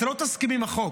אתה לא תסכים עם החוק,